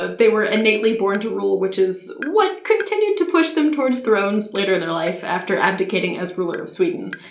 ah they were innately born to rule, which is what continued to push them towards thrones later in their life after abdicating as ruler of sweden.